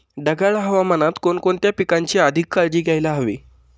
ढगाळ हवामानात कोणकोणत्या पिकांची अधिक काळजी घ्यायला हवी?